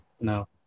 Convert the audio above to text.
No